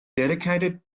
dedicated